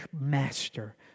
master